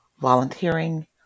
volunteering